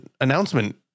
announcement